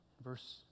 Verse